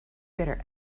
better